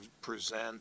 present